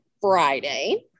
Friday